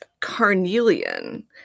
carnelian